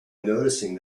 noticing